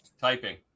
typing